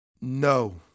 No